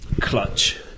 clutch